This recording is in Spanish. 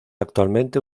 actualmente